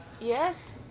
Yes